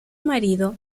marido